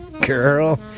Girl